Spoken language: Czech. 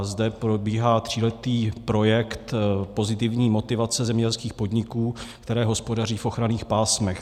Zde probíhá tříletý projekt pozitivní motivace zemědělských podniků, které hospodaří v ochranných pásmech.